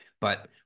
but-